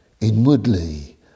Inwardly